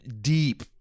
deep